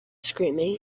screaming